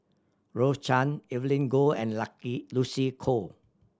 Rose Chan Evelyn Goh and Lucky Lucy Koh